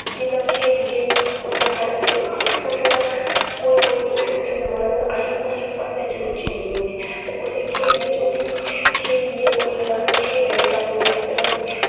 जिन्ना खेलगे उन्ना साढ़े कुसै दा कोई कोई कुसै कुसै दा मन होंदा असें कुसे पढ़ने च रुचि नेईं होंदी ते कुसै खेलने च होंदी खेलियै कोई आखदा में खेलने बिच्च अपनी लाइफ बनानी